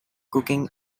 cooking